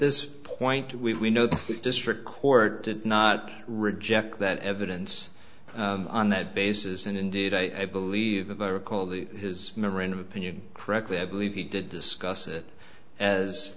this point we know the district court did not reject that evidence on that basis and indeed i believe i recall the his memorandum opinion correctly i believe he did discuss it as